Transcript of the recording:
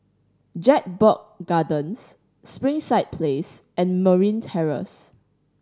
Jedburgh Gardens Springside Place and Marine Terrace